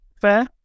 fair